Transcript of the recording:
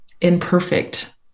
imperfect